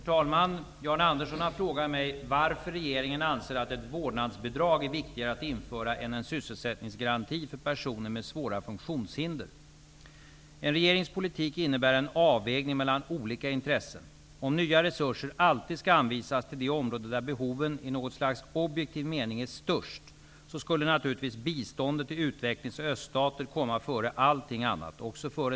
I maj detta år behandlade riksdagen frågan om en utvidgad rättighetslag för personer med svåra funktionsnedsättningar. En sysselsättningsgaranti för hela personkretsen avvisades då enbart av statsfinansiella skäl. Nu ämnar regeringen föreslå ett vårdnadsbidrag som kommer att kosta statskassan 2 miljarder kronor/år.